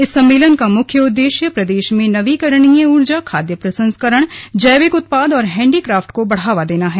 इस सम्मेलन का मुख्य उद्देश्य प्रदेश में नवीकरणीय ऊर्जा खाद्य प्रसंस्करण जैविक उत्पाद और हेन्डीक्राफ्ट को बढ़ावा देना है